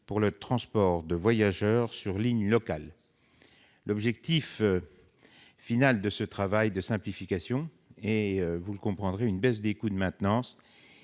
pour le transport de voyageurs sur les lignes locales. L'objectif final de ce travail de simplification est, vous le comprenez, une baisse des coûts de maintenance